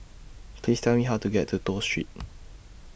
Please Tell Me How to get to Toh Street